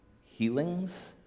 healings